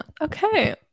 okay